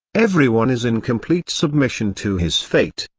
everyone is in complete submission to his fate.